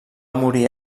morir